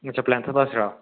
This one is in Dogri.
अच्छा प्लेंथ पासेआ